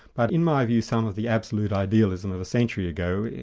but in my view, some of the absolute idealism of a century ago,